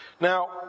Now